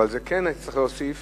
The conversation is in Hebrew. אבל כן היית צריך להוסיף